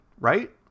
right